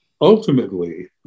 Ultimately